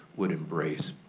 would embrace.